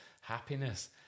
happiness